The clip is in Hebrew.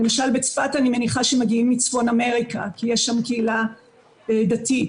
למשל בצפת אני מניחה שמגיעים מצפון אמריקה כי יש שם קהילה דתית.